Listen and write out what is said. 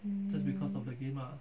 mm